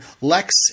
Lex